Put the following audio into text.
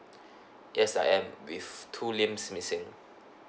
yes I am with two limbs missing